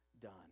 done